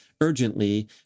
urgently